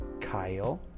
Kyle